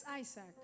Isaac